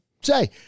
say